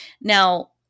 Now